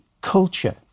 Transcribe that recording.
culture